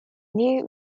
new